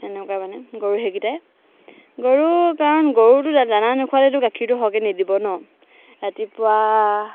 তেনেকুৱা মানে গৰু সেইকেইটাই গৰু কাৰণ গৰুতো দানা নুখুৱালেতো গাখীৰটো সৰহকৈ নিদিব ন ৰাতিপুৱা